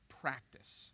practice